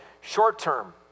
short-term